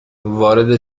وارد